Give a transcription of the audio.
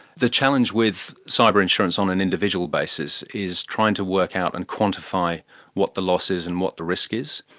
the challenge with cyber insurance on an individual basis is trying to work out and quantify what the loss is and what the risk is.